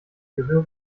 gehören